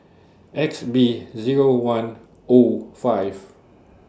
X B Zero one O five